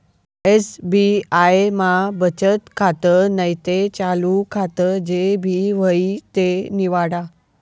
SBI मा बचत खातं नैते चालू खातं जे भी व्हयी ते निवाडा